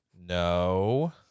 No